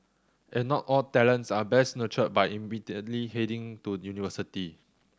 and not all talents are best nurtured by immediately heading to university